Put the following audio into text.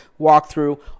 walkthrough